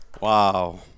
Wow